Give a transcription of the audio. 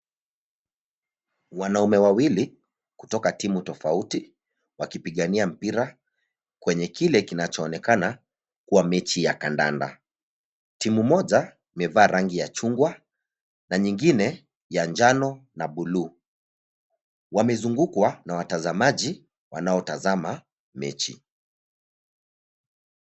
Wanaume wawili kutoka timu tofauti, wakipigania mpira kwenye kile kinachoonekana kuwa mechi ya kandanda. Timu moja imevaa rangi ya chungwa na nyingine ya njano na buluu. Wamezungukwa na watazamaji wanaotazama mechi.